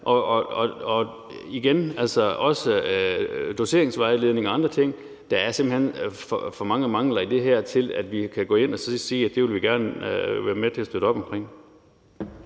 også i forhold til doseringsvejledningerne og andre ting. Der er simpelt hen for mange mangler i det her til, at vi kan gå ind og sige, at det vil vi gerne være med til at støtte op omkring.